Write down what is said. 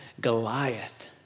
Goliath